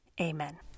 Amen